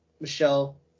Michelle